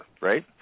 right